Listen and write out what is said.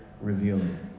revealing